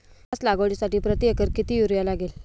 घास लागवडीसाठी प्रति एकर किती युरिया लागेल?